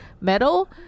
metal